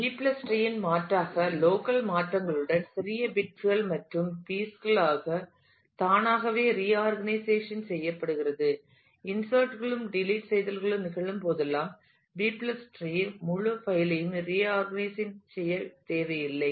B டிரீB treeஇன் மாறாக local மாற்றங்களுடன் சிறிய பிட்கள் மற்றும் பீஸ் களாக தானாகவே ரிஆர்கனைசேஷன் செய்யப்படுகிறது இன்சர்ட் களும் டெலிட் செய்தல்களும் நிகழும் போதெல்லாம் B டிரீB tree முழு பைல் ஐயும் ரிஆர்கனைசேஷன் செய்ய தேவையில்லை